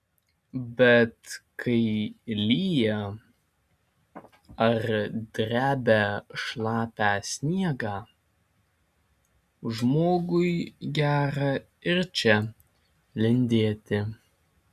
bet kai lyja ar drebia šlapią sniegą žmogui gera ir čia lindėti